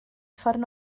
ffordd